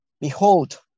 Behold